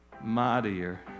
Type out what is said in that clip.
mightier